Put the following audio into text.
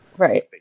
Right